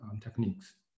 techniques